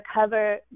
cover